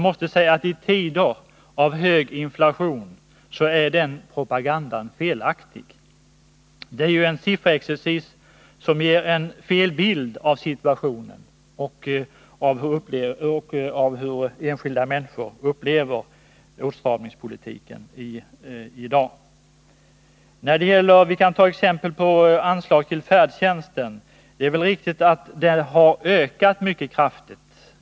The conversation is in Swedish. I tider av hög inflation är det propaganda — den sifferexercisen ger en felaktig bild av situationen. Enskilda människor upplever i dag åtstramningspolitiken. Jag kan som exempel ta anslaget till färdtjänsten. Det är väl riktigt att det har ökat mycket kraftigt.